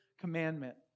commandment